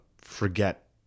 forget